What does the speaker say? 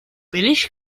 billig